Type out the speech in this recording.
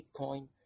Bitcoin